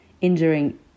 injuring